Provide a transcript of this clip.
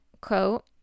quote